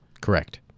Correct